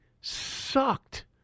sucked